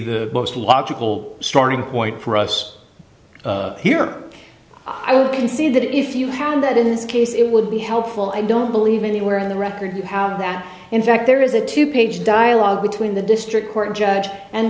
the most logical starting point for us here i would be to see if you had that in this case it would be helpful i don't believe anywhere in the record you have that in fact there is a two page dialogue between the district court judge and